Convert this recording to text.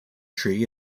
tree